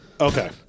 okay